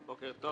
בוקר טוב.